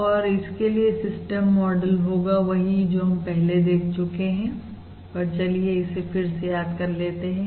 और इसके लिए सिस्टम मॉडल होगा वही जो हम पहले देख चुके हैं पर चलिए इसे फिर से याद कर लेते हैं